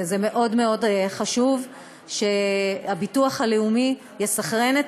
זה מאוד מאוד חשוב שהביטוח הלאומי יסנכרן את